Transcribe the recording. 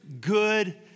good